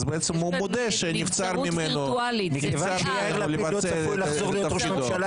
בעצם הוא מודה שנבצר ממנו לבצע את תפקידו